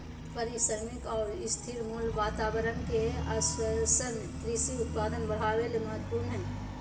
पारिश्रमिक आर स्थिर मूल्य वातावरण के आश्वाशन कृषि उत्पादन बढ़ावे ले महत्वपूर्ण हई